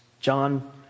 John